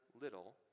little